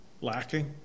lacking